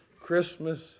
Christmas